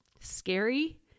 Scary